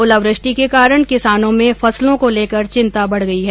ओलावृष्टि के कारण किसानों में फसलों को लेकर चिंता बढ गई है